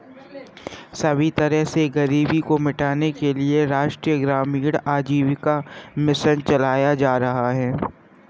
सभी तरह से गरीबी को मिटाने के लिये राष्ट्रीय ग्रामीण आजीविका मिशन चलाया जा रहा है